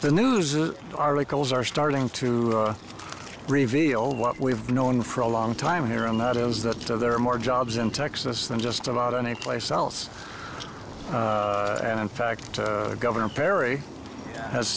the news articles are starting to reveal what we've known for a long time here and that is that there are more jobs in texas than just about any place else and in fact governor perry has